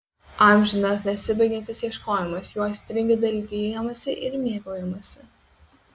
amžinas nesibaigiantis ieškojimas juo aistringai dalijamasi ir mėgaujamasi